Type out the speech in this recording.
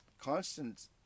constant